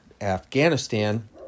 Afghanistan